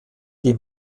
die